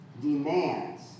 demands